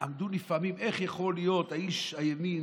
עמדו נפעמים: איך יכול להיות שאיש הימין,